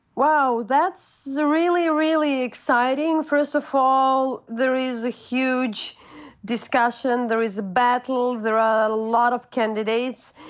wow, that's really, really exciting, first of all. there is a huge discussion. there is a battle. there are a lot of candidates,